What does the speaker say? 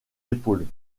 épaules